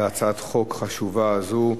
על הצעת חוק החשובה הזאת,